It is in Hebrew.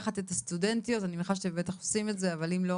בדיוק,